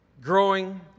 growing